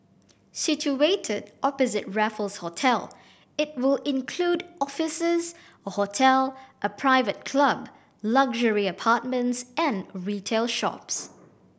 situated opposite Raffles Hotel it will include offices a hotel a private club luxury apartments and retail shops